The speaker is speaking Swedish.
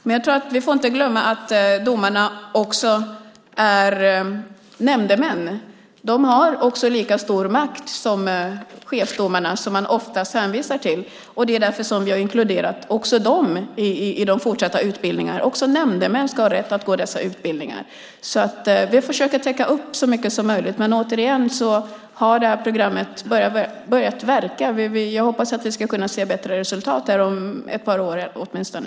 Men vi får inte glömma nämndemännen. De har lika stor makt som chefsdomarna, som man oftast hänvisar till. Det är därför som vi har inkluderat också dem i de fortsatta utbildningarna. Nämndemän ska också ha rätt att gå dessa utbildningar. Vi försöker täcka upp så mycket som möjligt. Det här programmet har just börjat verka. Jag hoppas att vi ska kunna se bättre resultat om ett par år åtminstone.